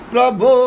Prabhu